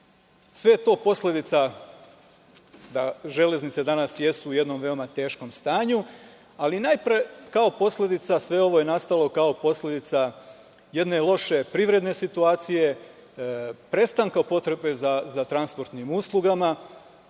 je to posledica da železnice danas jesu u jednom veoma teškom stanju ali najpre sve ovo je nastalo kao posledica jedne loše privredne situacije, prestanka potrebe za transportnim uslugama.